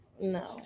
no